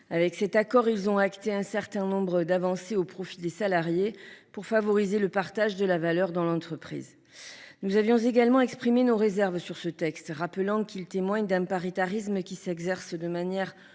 à cet accord, ils ont acté un certain nombre d’avancées au profit des salariés pour favoriser le partage de la valeur dans l’entreprise. Nous avions également exprimé nos réserves sur ce texte, rappelant qu’il témoigne d’un paritarisme qui s’exerce de manière